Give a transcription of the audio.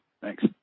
Thanks